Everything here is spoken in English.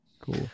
cool